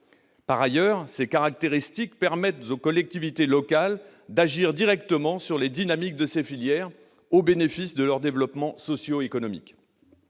Par ailleurs, ces caractéristiques permettent aux collectivités locales d'agir directement sur les dynamiques de ces filières, au bénéfice de leur développement socio-économique.